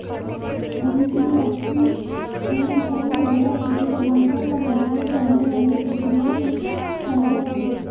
NBFC MFI द्वारा अपने ग्राहकों पर लगाए जाने वाले प्रक्रिया शुल्क क्या क्या हैं?